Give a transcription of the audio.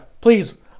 Please